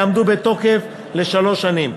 יעמדו בתוקף שלוש שנים.